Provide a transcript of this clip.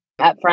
upfront